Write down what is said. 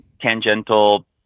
tangential